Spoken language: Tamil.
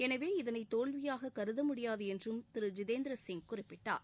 எனவே இதனை தோல்வியாக கருத முடியாது என்றும் திரு ஐ்திதேந்திரசிங் குறிப்பிட்டார்